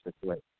situation